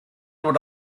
would